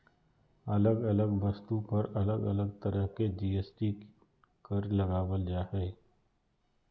अलग अलग वस्तु पर अलग अलग तरह के जी.एस.टी कर लगावल जा हय